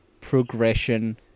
progression